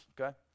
okay